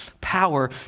power